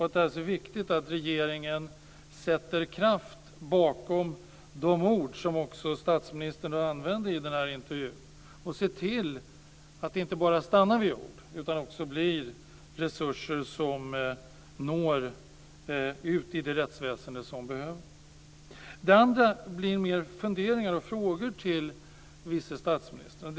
Det är viktigt att regeringen sätter kraft bakom de ord som statsministern använde under intervjun och att man ser till att det inte bara stannar vid ord, utan att det resulterar i resurser som når ut till rättsväsendet. Därmed har jag ett par frågor till vice statsministern.